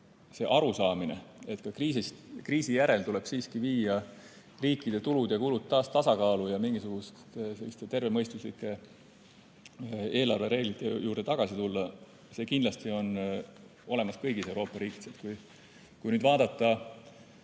see arusaamine, et ka kriisi järel tuleb siiski viia riikide tulud ja kulud taas tasakaalu ning mingisuguste tervemõistuslike eelarvereeglite juurde tagasi tulla, on kindlasti olemas kõigis Euroopa riikides. Kui nüüd vaadata